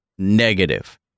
negative